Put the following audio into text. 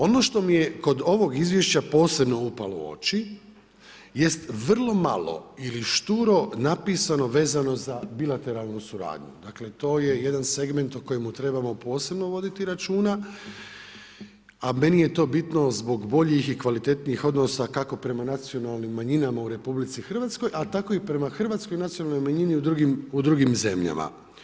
Ono što mi je kod ovog izvješća posebno upalo u oči jest vrlo malo ili šturo napisano vezano za bilateralnu suradnju, dakle to je jedan segment o kojemu trebamo posebno voditi računa, a meni je to bitno zbog boljih i kvalitetnijih odnosa, kako prema nacionalnim manjinama u RH, a tako i prema Hrvatskoj nacionalnoj manjini u drugim zemljama.